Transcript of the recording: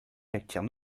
attirent